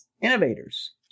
innovators